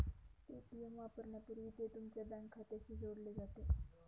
Paytm वापरण्यापूर्वी ते तुमच्या बँक खात्याशी जोडले जाते